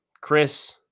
Chris